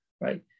right